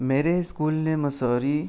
میرے اسکول نے مصوری